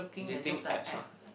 dating apps ah